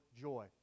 joy